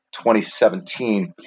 2017